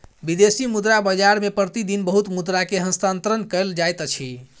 विदेशी मुद्रा बाजार मे प्रति दिन बहुत मुद्रा के हस्तांतरण कयल जाइत अछि